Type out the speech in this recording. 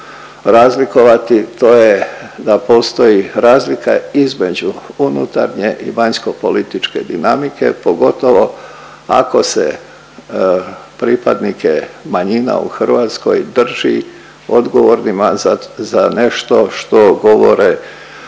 razlikovati to je da postoji razlika između unutarnje i vanjskopolitičke dinamike, pogotovo ako se pripadnike manjina u Hrvatskoj drži odgovornima za nešto što govore